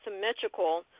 symmetrical